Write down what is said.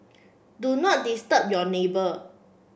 do not disturb your neighbour